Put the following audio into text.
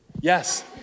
Yes